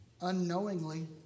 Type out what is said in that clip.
unknowingly